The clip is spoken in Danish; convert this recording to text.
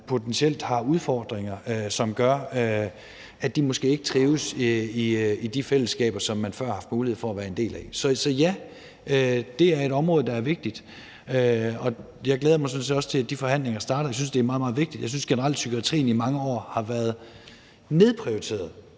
der potentielt har udfordringer, som gør, at de måske ikke trives i de fællesskaber, som man før har haft mulighed for at være en del af. Så ja, det er et område, der er vigtigt. Og jeg glæder mig sådan set også til, at de forhandlinger starter. Jeg synes, det er meget, meget vigtigt. Jeg synes, at psykiatrien generelt i mange år har været nedprioriteret